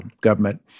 government